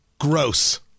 Gross